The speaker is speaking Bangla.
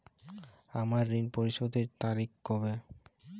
আমার ঋণ পরিশোধের তারিখ কবে?